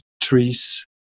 trees